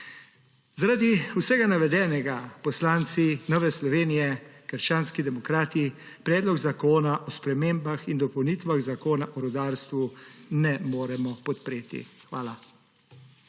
Zaradi vsega navedenega poslanci Nove Slovenije - krščanski demokrati Predlog zakona o spremembah in dopolnitvah Zakona o rudarstvu ne moremo podpreti. Hvala.